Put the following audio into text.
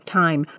time